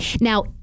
Now-